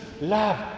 love